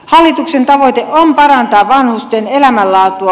hallituksen tavoite on parantaa vanhusten elämänlaatua